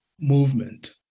movement